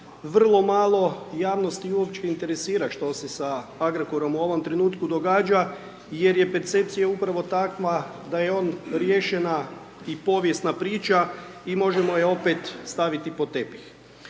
vrlo malo javnost i uopće interesira što se sa Agrokorom u ovom trenutku događa jer je percepcija upravo takva da je on riješena i povijesna priča i možemo je opet staviti pod tepih.